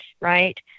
right